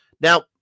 Now